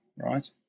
right